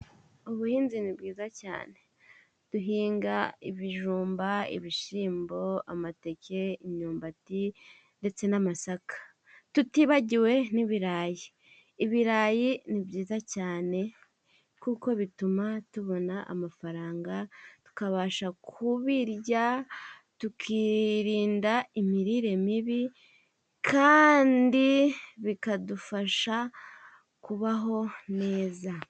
Ubuhinzi ni bwizaza cyane. Duhinga ibijumba, ibishyimbo, amateke, imyumbati, ndetse n'amasaka. Tutibagiwe n'ibirayi. Ibirayi ni byiza cyane, kuko bituma tubona amafaranga, tukabasha kubirya tukirinda imirire mibi, kandi bikadufasha kubaho neza.